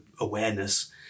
awareness